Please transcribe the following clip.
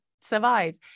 survive